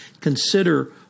consider